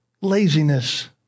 laziness